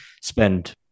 spend